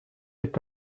est